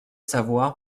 savoir